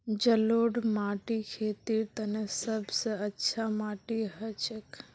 जलौढ़ माटी खेतीर तने सब स अच्छा माटी हछेक